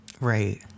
right